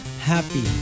happy